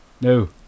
No